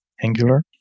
Angular